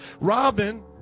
Robin